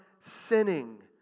sinning